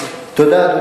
תודה.